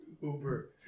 Uber